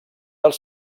els